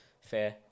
Fair